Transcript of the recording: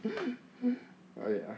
!aiya!